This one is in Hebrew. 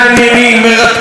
מרתקים,